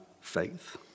faith